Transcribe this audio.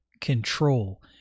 control